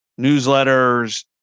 newsletters